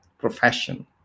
profession